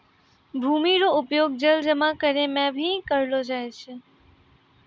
भूमि रो उपयोग जल जमा करै मे भी करलो जाय छै